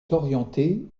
orientée